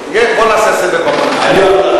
בוא נעשה סדר בדברים,